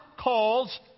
calls